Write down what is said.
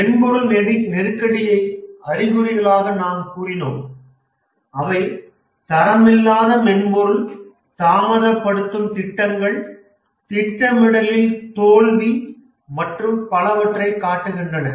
மென்பொருள் நெருக்கடியை அறிகுறிகளாக நாம் கூறினோம் அவை தரமில்லாத மென்பொருள் தாமதப்படுத்தும் திட்டங்கள் திட்டமிடலில் தோல்வி மற்றும் பலவற்றைக் காட்டுகின்றன